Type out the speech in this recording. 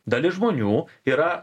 dalis žmonių yra